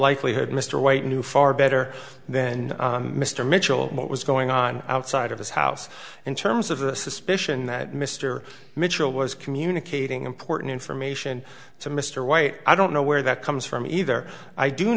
likelihood mr white knew far better then mr mitchell what was going on outside of his house in terms of the suspicion that mr mitchell was communicating important information to mr white i don't know where that comes from either i do